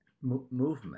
movement